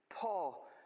paul